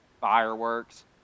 Fireworks